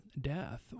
death